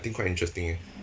I think quite interesting eh